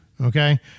okay